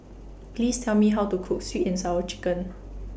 Please Tell Me How to Cook Sweet and Sour Chicken